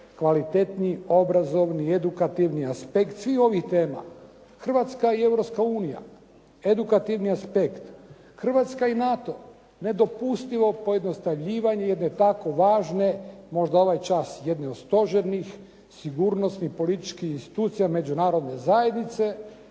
kvalitetniji i obrazovni i edukativni aspekt svih ovih tema. Hrvatska i Europska unija, edukativni aspekt, Hrvatska i NATO. Nedopustivo pojednostavljivanje jedne tako važne, možda ovaj čas jedne od stožernih sigurnosnih, političkih institucija međunarodne zajednice,